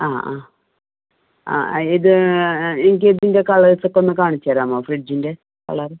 അ ആ ആ ഇത് എനിക്കിതിൻ്റെ കളേഴ്സൊക്കെ ഒന്ന് കാണിച്ച് തരാമോ ഫ്രിഡ്ജിൻ്റെ കളറ്